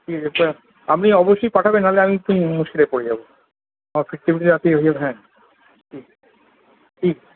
হ্যাঁ আপনি অবশ্যই পাঠাবেন নাহলে আমি খুব মুশকিলে পরে যাবো আমার ফিরতে ফিরতে রাত্তির হয়ে যাবে হ্যাঁ ঠিক ঠিক